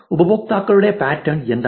ഉപയോക്താക്കളുടെ പാറ്റേൺ എന്താണ്